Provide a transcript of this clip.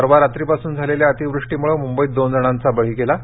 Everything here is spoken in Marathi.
परवा रात्रीपासून झालेल्या अतीवृष्टीमुळं मुंबईत दोन जणांचा बळी गेला आहे